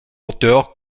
auteurs